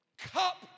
cup